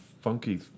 funky